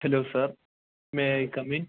hello sir may I come in